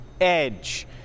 edge